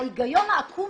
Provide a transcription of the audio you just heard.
ההיגיון העקום